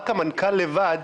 רק המנכ"ל לבד,